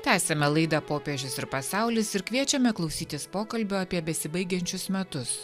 tęsiame laidą popiežius ir pasaulis ir kviečiame klausytis pokalbio apie besibaigiančius metus